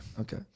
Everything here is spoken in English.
Okay